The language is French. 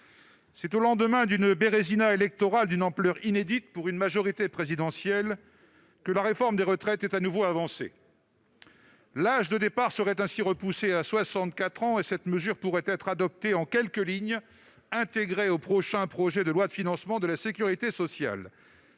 c'est au lendemain d'une bérézina électorale d'une ampleur inédite pour une majorité présidentielle que la réforme des retraites est de nouveau annoncée. L'âge de départ serait ainsi reporté à 64 ans, et cette mesure pourrait être adoptée en quelques lignes intégrées au prochain projet de loi de financement de la sécurité sociale.